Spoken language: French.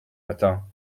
matin